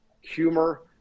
humor